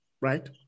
right